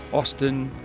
austin,